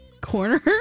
corner